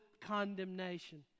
condemnation